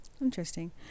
Interesting